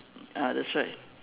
ah that's right